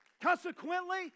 Consequently